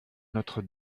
notre